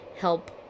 help